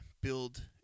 Build